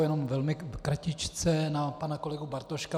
Jenom velmi kratičce na pana kolegu Bartoška.